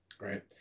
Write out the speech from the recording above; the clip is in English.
Right